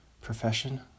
Profession